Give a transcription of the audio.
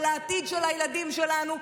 על העתיד של הילדים שלנו,